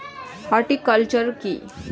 Horticulture কি?